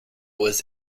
was